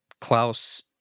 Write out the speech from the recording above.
Klaus